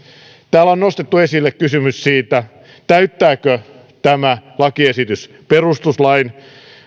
täällä on nostettu esille kysymys siitä täyttääkö tämä lakiesitys perustuslain